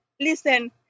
listen